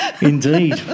Indeed